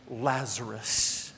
Lazarus